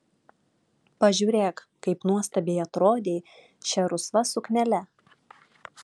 pažiūrėk kaip nuostabiai atrodei šia rusva suknele